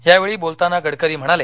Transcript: यावेळी बोलताना गडकरी म्हणाले